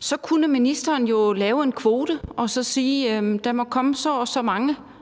Så kunne ministeren jo lave en kvote og så sige, at der må komme så og så mange